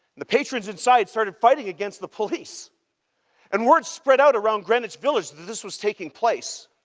the patrons inside started fighting against the police and word spread out around greenwich village that this was taking place.